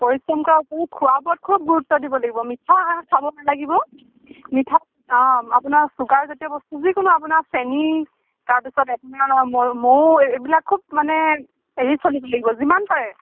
পৰিশ্ৰম কৰাৰ উপৰিও খোৱা বোৱাত খুব গুৰুত্ব দিব লাগিব মিঠা খাব নালাগিব মিঠা অঁ আপোনাৰ চুগাৰজাতীয় বস্তু যিকোনো আপোনাৰ চেনি তাৰপিছত আপোনাৰ ম মৌ এইবিলাক খুব মানে এৰি চলিব লাগিব যিমান পাৰে